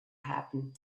happen